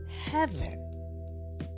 heaven